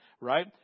right